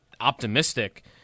optimistic